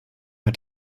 hat